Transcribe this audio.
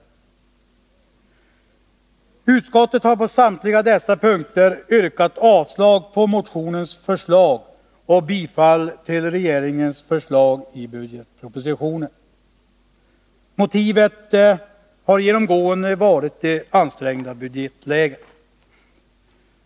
tets verksamhets Utskottet har på samtliga dessa punkter yrkat avslag på motionens förslag område och bifall till regeringens förslag i budgetpropositionen. Motivet har genomgående varit det ansträngda budgetläget.